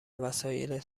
وسایلت